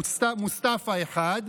מוצטפא אחד,